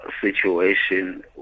situation